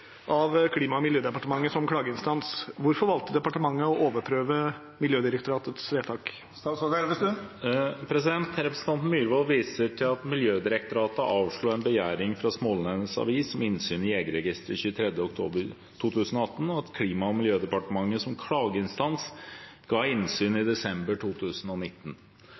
av Klima- og miljødepartementet som klageinstans. Hvorfor valgte departementet å overprøve Miljødirektoratets vedtak?» Representanten Myhrvold viser til at Miljødirektoratet avslo en begjæring fra Smaalenenes Avis om innsyn i Jegerregisteret 23. oktober 2018, og at Klima- og miljødepartementet som klageinstans ga innsyn i desember 2019.